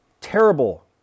terrible